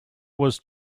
was